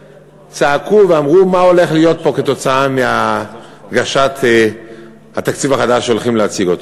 וצעקו ואמרו מה הולך להיות פה כתוצאה מהגשת התקציב החדש שהולכים להציג.